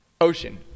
Ocean